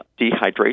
dehydration